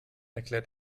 erklärt